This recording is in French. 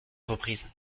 reprise